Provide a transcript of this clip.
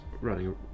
running